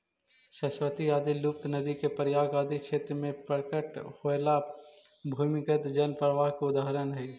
सरस्वती आदि लुप्त नदि के प्रयाग आदि क्षेत्र में प्रकट होएला भूमिगत जल प्रवाह के उदाहरण हई